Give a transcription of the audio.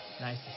Nice